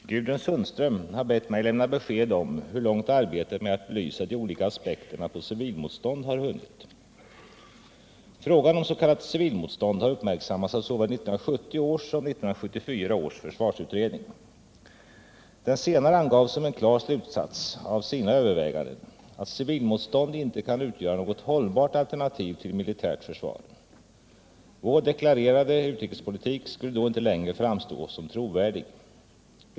Herr talman! Gudrun Sundström har bett mig lämna besked om hur långt arbetet med att belysa de olika aspekterna på civilmotstånd har hunnit. Frågan om s.k. civilmotstånd har uppmärksammats av såväl 1970 års som 1974 års försvarsutredning. Den senare angav som en klar slutsats av sina överväganden att civilmotstånd inte kan utgöra något hållbart alternativ till militärt försvar. Vår deklarerade utrikespolitik skulle då inte längre framstå såsom trovärdig.